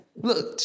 Look